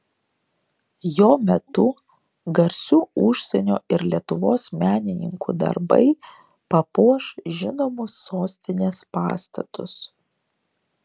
jo metu garsių užsienio ir lietuvos menininkų darbai papuoš žinomus sostinės pastatus